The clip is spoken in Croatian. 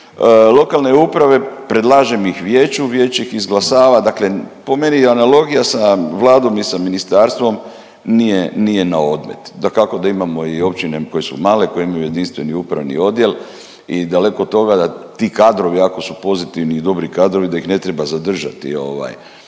lokalne uprave, predlažem ih vijeću, vijeće ih izglasava, dakle po meni analogija sa Vladom i sa ministarstvom nije naodmet. Dakako da imamo i općine koje su male, koje imaju jedinstveni upravni odjel i daleko od toga, ti kadrovi, ako su pozitivni i dobri kadrovi, da ih ne treba zadržati